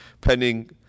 pending